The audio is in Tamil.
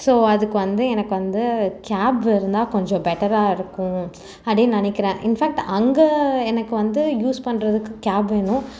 ஸோ அதுக்கு வந்து எனக்கு வந்து கேப் இருந்தால் கொஞ்சம் பெட்டராக இருக்கும் அப்படி நினைக்கிறேன் இன்ஃபேக்ட் அங்கே எனக்கு வந்து யூஸ் பண்ணுறதுக்கு கேப் வேணும்